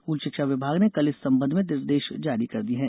school शिक्षा विभाग ने कल इस संबंध में निर्देश जारी कर दिये हैं